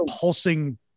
pulsing